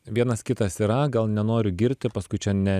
vienas kitas yra gal nenoriu girti paskui čia ne